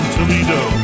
Toledo